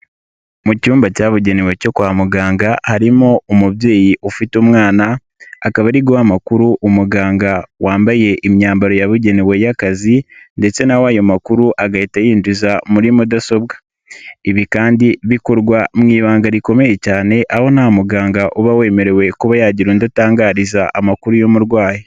Mu cyumba cyabugenewe cyo kwa muganga harimo umubyeyi ufite umwana, akaba ari guha amakuru umuganga wambaye imyambaro yabugenewe y'akazi ndetse na we makuru agahita yinjiza muri mudasobwa. Ibi kandi bikorwa mu ibanga rikomeye cyane aho nta muganga uba wemerewe kuba yagira undi atangariza amakuru y'umurwayi.